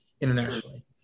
internationally